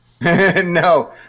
No